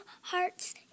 hearts